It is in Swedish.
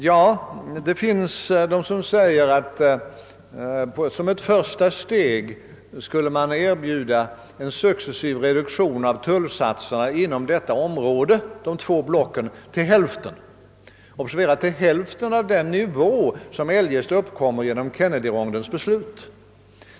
Ja, det finns de som säger att man som ett första steg skulle erbjuda en successiv reduktion ända ned till hälften av tullsatserna inom detta område. Observera att det gäller hälften av den nivå som eljest uppkommer genom Kennedyrondens beslut.